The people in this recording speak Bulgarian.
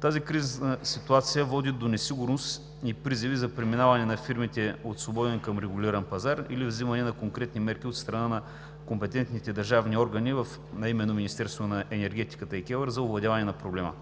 Тази кризисна ситуация води до несигурност и призиви за преминаване на фирмите от свободен към регулиран пазар или вземане на конкретни мерки от страна на компетентните държавни органи, а именно Министерството на енергетиката и Комисията за енергийно